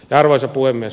arvoisa puhemies